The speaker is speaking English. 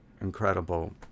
incredible